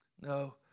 No